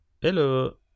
hello